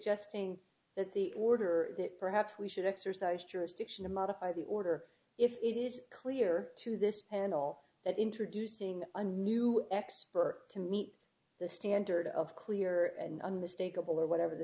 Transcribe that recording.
suggesting that the order that perhaps we should exercise jurisdiction to modify the order if it is clear to this panel that introducing a new expert to meet the standard of clear and unmistakable or whatever the